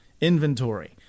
inventory